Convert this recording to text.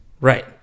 right